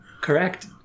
Correct